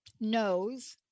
knows